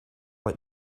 like